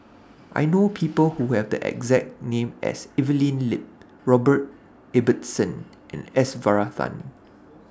I know People Who Have The exact name as Evelyn Lip Robert Ibbetson and S Varathan